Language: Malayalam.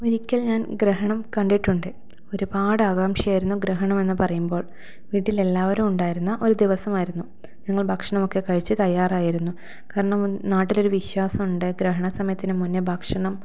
ഒരിക്കൽ ഞാൻ ഗ്രഹണം കണ്ടിട്ടുണ്ട് ഒരുപാട് ആകാംഷയായിരുന്നു ഗ്രഹണം എന്ന് പറയുമ്പോൾ വീട്ടിൽ എല്ലാവരും ഉണ്ടായിരുന്ന ഒരു ദിവസം ആയിരുന്നു ഞങ്ങൾ ഭക്ഷണമൊക്കെ കഴിച്ചു തയ്യാറായിരുന്നു കാരണം നാട്ടിലൊരു വിശ്വാസമുണ്ട് ഗ്രഹണ സമയത്തിന് മുന്നേ ഭക്ഷണം